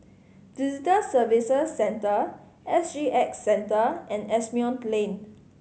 Visitor Services Centre S G X Centre and Asimont Lane